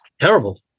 terrible